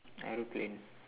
aeroplane